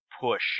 push